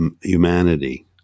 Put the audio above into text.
Humanity